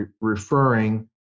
referring